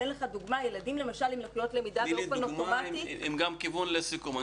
אני אתן לך דוגמה -- תני לי דוגמה גם עם כיוון לסיכום.